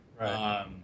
Right